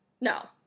No